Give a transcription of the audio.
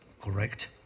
correct